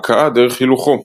הכאה "דרך הילוכו"